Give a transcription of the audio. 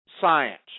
science